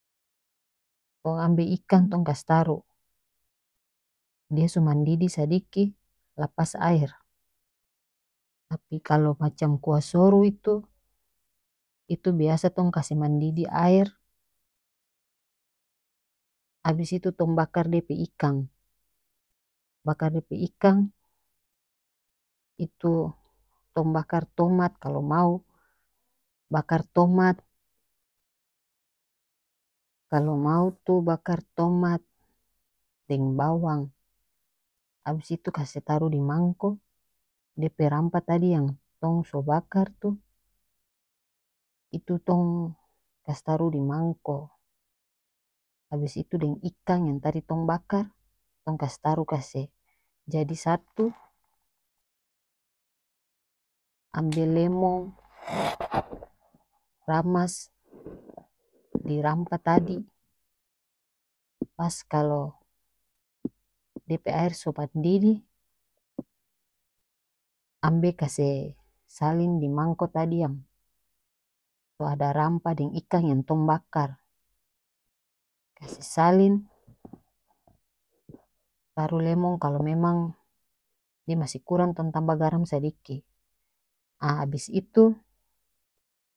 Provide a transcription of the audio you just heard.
Tong ambe ikang tong kas taruh dia so mandidih sadiki lapas aer tapi macam kaya kuah soru itu itu biasa tong kase mandidih aer abis itu tong bakar dia pe ikang bakar dia pe ikang itu tong bakar tomat kalo mau bakar tomat-kalo mau tu bakar tomat deng bawang abis itu kase taruh di mangko dia pe rampah tadi yang so bakar tu itu tong kas taruh di mangko abis itu deng ikang yang tadi tong bakar tong kas taruh kase jadi satu ambe lemong ramas di rampah tadi pas kalo dia pe aer so mandidih ambe kase salin di mangko tadi yang so ada rampah deng ikang yang tong bakar kase salin taru lemong kalo memang dia masih kurang tong tambah garam sadiki ah abis itu.